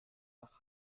nach